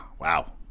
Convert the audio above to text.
wow